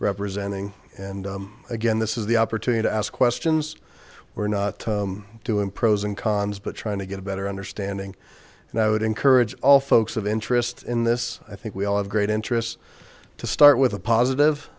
representing and again this is the opportunity to ask questions we're not doing pros and cons but trying to get a better understanding and i would encourage all folks of interest in this i think we all have great interest to start with a positive